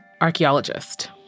archaeologist